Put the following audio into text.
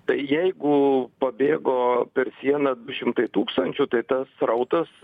tai jeigu pabėgo per sieną du šimtai tūkstančių tai tas srautas